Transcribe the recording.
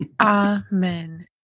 Amen